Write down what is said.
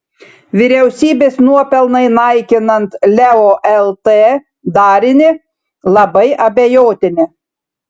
vyriausybės nuopelnai naikinant leo lt darinį labai abejotini